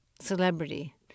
celebrity